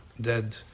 dead